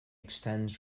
extends